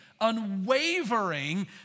unwavering